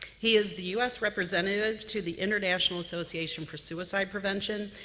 he is the us representative to the international association for suicide prevention,